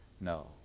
No